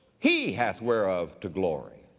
he hath whereof to glory